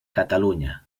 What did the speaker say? catalunya